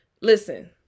listen